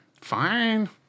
Fine